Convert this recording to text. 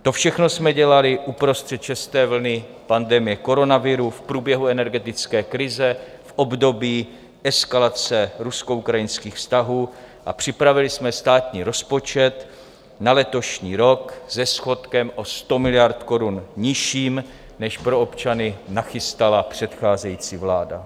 To všechno jsme dělali uprostřed české vlny pandemie koronaviru, v průběhu energetické krize, v období eskalace ruskoukrajinských vztahů a připravili jsme státní rozpočet na letošní rok se schodkem o 100 miliard korun nižším, než pro občany nachystala předcházející vláda.